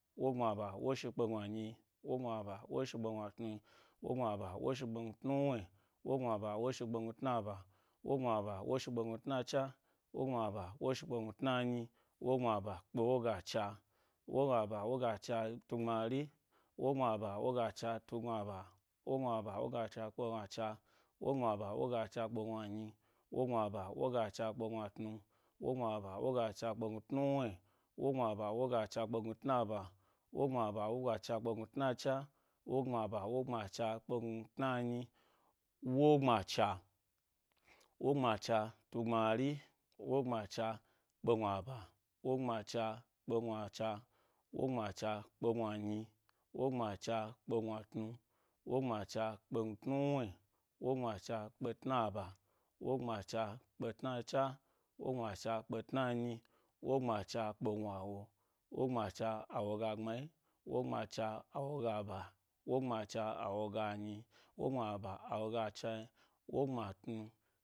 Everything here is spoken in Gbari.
Kogbma ba woshi kpe gnua nyi, kogbma ba woshi kpe gnua tnu, kogbme ba wosha kpe gnu tnuwni, kogbna ba woshi kpe gnu tnaba, wogbma ba woshi kpe gnutnanyi, kogbma ba kpe woga cha, kogbma ba kpe woga cha tu gbmari, wogbma ba wogacha tu gnu aba, wogbma ba woga cha tu gnuacha, wogbma ba woga cha kpe gnuacha, wogbma ba woga cha kpe gnua nyi, wogbma ba wogcha kpe gnuatnu wogbma ba wo gacha kpe gnutnu wni, wogbma ba wogacha kpe gnu tna ba, wogbma ba kpe woga cha kpegnu tnacha, wogbma ba kpe wogacha kpe gnu tnanyi, wo-gbma cha. Wogbma cha tu gbmari wogbma cha kpe gnuaba, wogbma cha kpe gnuacha, wogbma cha kpe gnuanyi, wogbma cha kpe gnuatnu, wogbma cha kpe gnutnuwni, wogbma cha kpe tnaba, wogbma cha kpe tnacha, wogbma cha kpe tnanyi, wogbma cha kpe gnuawo, wogbma cha awoga gbne, wogbma cha awoga ba, wogbma cha awoga nyi, wogbma ba, awoga chai, wogbma tnu.